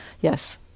Yes